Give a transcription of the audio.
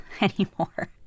anymore